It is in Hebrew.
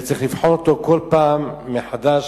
וצריך לבחון אותו כל פעם מחדש.